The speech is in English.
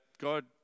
God